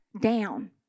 down